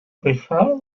pesar